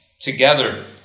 together